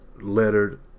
lettered